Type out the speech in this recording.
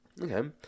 Okay